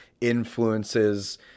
influences